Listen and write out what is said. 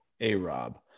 A-Rob